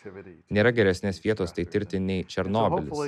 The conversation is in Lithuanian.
nėra geresnės vietos tai tirti nei černobylis